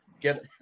get